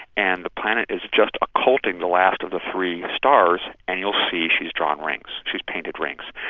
and the planet is just occulting the last of the three stars, and you'll see she's drawn rings. she's painted rings.